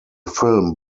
film